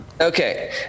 okay